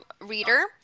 reader